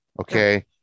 Okay